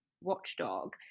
watchdog